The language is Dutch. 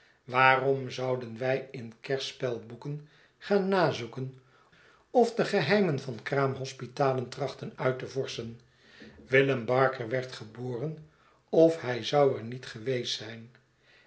waarom zouden wij in kerspelboeken gaan nazoeken of de geheimen van kraamhospitalen trachten uit te vorschen willem barker werd geboren of hij zou er niet geweest zijn